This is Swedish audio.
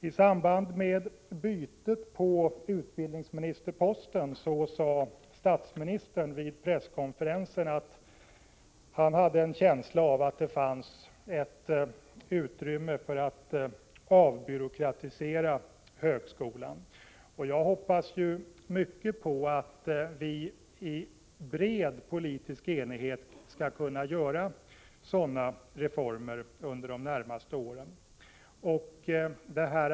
I samband med bytet på utbildningsministerposten sade statsministern vid presskonferensen att han hade en känsla av att det fanns ett utrymme för att avbyråkratisera högskolan. Jag hoppas verkligen att vi i bred politisk enighet skall kunna genomföra sådana reformer under de närmaste åren.